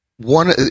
One